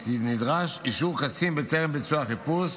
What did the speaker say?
כי נדרש אישור קצין בטרם ביצוע החיפוש,